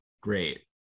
Great